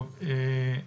טוב.